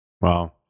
Wow